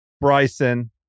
Bryson